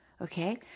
Okay